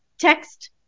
Text